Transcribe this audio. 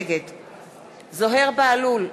נגד זוהיר בהלול,